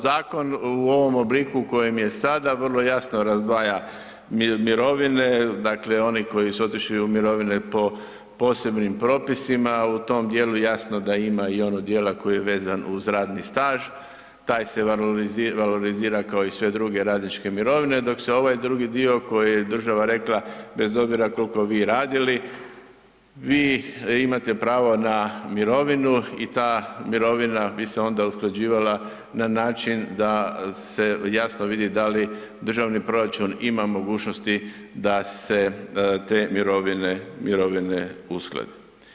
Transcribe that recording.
Zakon u ovom obliku u kojem je sada vrlo jasno razdvaja mirovine, dakle oni koji su otišli u mirovine po posebnim propisima, u tom dijelu jasno da ima i onog dijela koji je vezan uz radni staž, taj se valorizira kao i sve druge radničke mirovine, dok se ovaj drugi dio koji je država rekla bez obzira koliko vi radili, vi imate pravo na mirovinu i ta mirovina bi se onda usklađivala na način da se jasno vidi da li državni proračun ima mogućnosti da se te mirovine usklade.